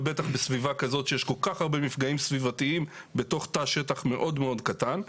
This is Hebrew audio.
בסביבה כזאת שיש כל כך הרבה מפגעים סביבתיים בתוך תא שטח מאוד קטן.